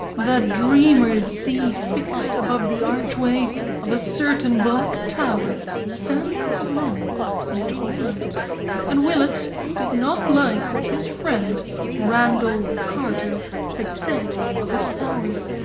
that dreamers see fixed above the archway of a certain black tower standing alone in twilight and willett did not like what his friend randolph carter had said of its powers.